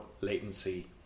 latency